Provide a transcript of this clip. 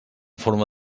forma